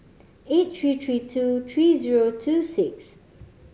eight three three two three zero two six